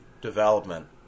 development